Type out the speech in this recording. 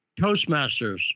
Toastmasters